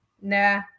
nah